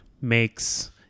makes